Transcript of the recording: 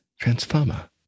Transformer